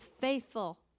faithful